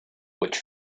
which